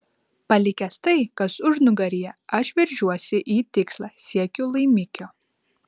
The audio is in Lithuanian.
palikęs tai kas užnugaryje aš veržiuosi į tikslą siekiu laimikio